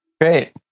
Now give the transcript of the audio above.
Great